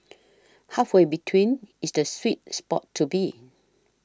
halfway between is the sweet spot to be